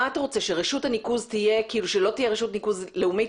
אתה רוצה שלא תהיה רשות ניקוז לאומית?